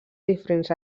diferents